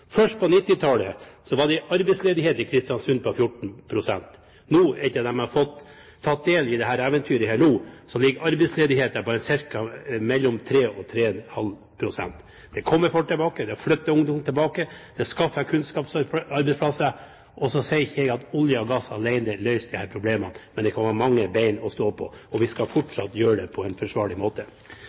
Først på 1990-tallet var det en arbeidsledighet i Kristiansund på 14 pst. Etter at de nå har tatt del i dette eventyret, ligger arbeidsledigheten på mellom 3 pst. og 3,5 pst. Folk kommer tilbake. Ungdom flytter tilbake. Det skaper kunnskapsarbeidsplasser. Jeg sier ikke at olje og gass alene har løst disse problemene, men det er ett av mange ben å stå på, og vi skal fortsette på en forsvarlig måte.